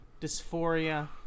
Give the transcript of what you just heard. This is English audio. Dysphoria